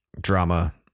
drama